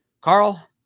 Carl